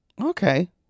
Okay